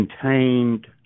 contained